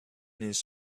his